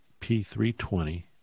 P320